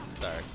sorry